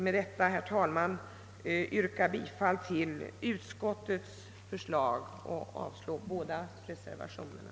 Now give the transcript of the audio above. Med det anförda vill jag yrka bifall till utskottets förslag och avslag på båda reservationerna.